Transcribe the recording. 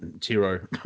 tiro